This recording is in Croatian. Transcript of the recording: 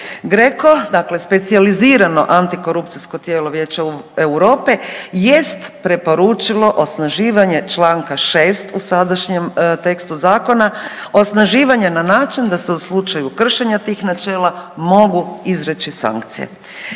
GRECO, dakle specijalizirano antikorupcijsko tijelo Vijeća Europe jest preporučilo osnaživanje čl.6. u sadašnjem tekstu zakona, osnaživanje na način da se u slučaju kršenja tih načela mogu izreći sankcije.